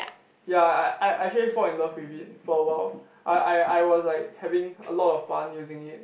yea I I I actually fall in love with it for awhile I I I was like having a lot of fun using it